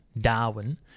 Darwin